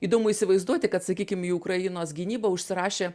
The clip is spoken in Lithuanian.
įdomu įsivaizduoti kad sakykim į ukrainos gynybą užsirašė